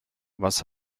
was